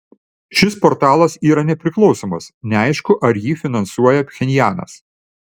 šis portalas yra nepriklausomas neaišku ar jį finansuoja pchenjanas